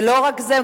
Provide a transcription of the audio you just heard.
ולא רק זה,